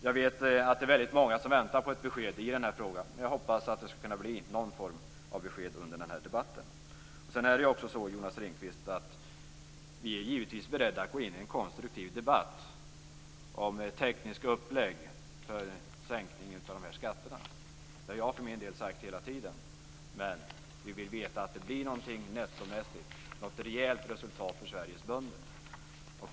Jag vet att det är väldigt många som väntar på ett besked i den här frågan, och jag hoppas att det skall kunna bli någon form av besked under den här debatten. Sedan är det ju också så, Jonas Ringqvist, att vi givetvis är beredda att gå in i en konstruktiv debatt om tekniska upplägg för sänkning av de här skatterna - det har jag för min del sagt hela tiden - men vi vill veta att det blir någonting nettomässigt, något rejält resultat för Sveriges bönder.